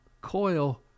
coil